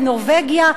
לנורבגיה,